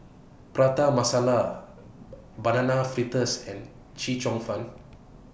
Prata Masala Banana Fritters and Chee Cheong Fun